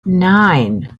nine